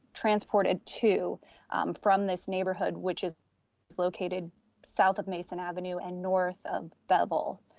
transported to from this neighborhood, which is located south of mason avenue and north of bevel.